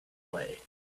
way